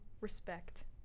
respect